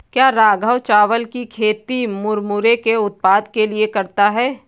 क्या राघव चावल की खेती मुरमुरे के उत्पाद के लिए करता है?